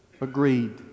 agreed